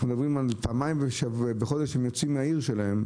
אנחנו מדברים על פעמיים בחודש שהם יוצאים מהעיר שלהם,